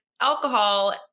alcohol